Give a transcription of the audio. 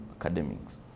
academics